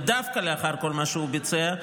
ודווקא לאחר כל מה שהוא ביצע,